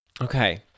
Okay